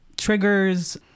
triggers